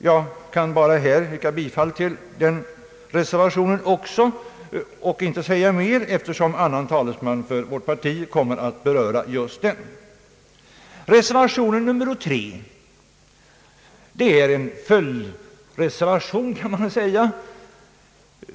Jag yrkar bifall även till den reservationen och skall inte säga mer, eftersom annan talesman för vårt parti kommer att beröra just den. Reservation 3 är en följdreservation, kan man säga.